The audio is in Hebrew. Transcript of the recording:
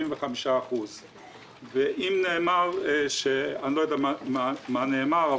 75%. אני לא יודע מה נאמר,